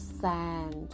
sand